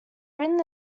written